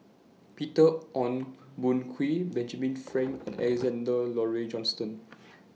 Peter Ong Boon Kwee Benjamin Frank and Alexander Laurie Johnston